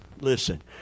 Listen